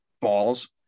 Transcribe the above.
balls